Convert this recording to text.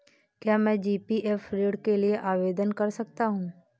क्या मैं जी.पी.एफ ऋण के लिए आवेदन कर सकता हूँ?